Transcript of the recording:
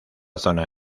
zona